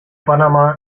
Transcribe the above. panamá